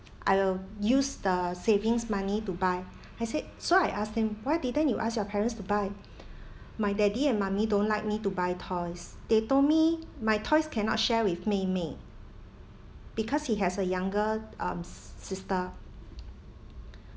I will use the savings money to buy I said so I asked him why didn't you ask your parents to buy my daddy and mummy don't like me to buy toys they told me my toys cannot share with 妹妹 because he has a younger um s~ sister